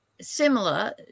similar